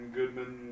Goodman